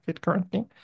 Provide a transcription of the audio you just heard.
currently